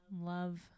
love